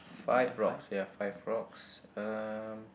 five rocks ya five rocks um